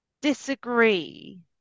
disagree